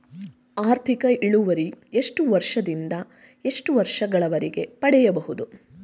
ಆರ್ಥಿಕ ಇಳುವರಿ ಎಷ್ಟು ವರ್ಷ ದಿಂದ ಎಷ್ಟು ವರ್ಷ ಗಳವರೆಗೆ ಪಡೆಯಬಹುದು?